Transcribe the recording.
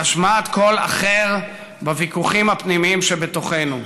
בהשמעת קול אחר בוויכוחים הפנימיים שבתוכנו.